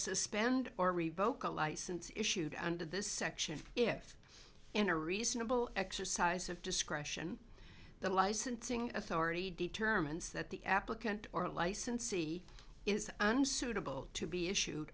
suspend or revoke a license issued under this section if in a reasonable exercise of discretion the licensing authority determines that the applicant or licensee is unsuitable to be issued